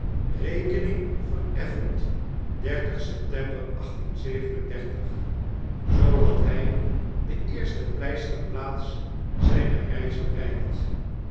rekening vereffend september zoo had hjj de eerste pleisterplaats zijner reis bereikt